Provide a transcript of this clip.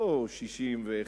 לא 61,